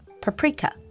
paprika